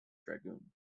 dragoon